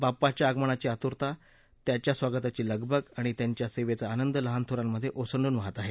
बाप्पाच्या आगमनाची आतुरता त्याच्या स्वागताची लगबग आणि त्याच्या सेवेचा आंनद लहानथोरामधे ओसाडून वाहत आहे